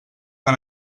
tan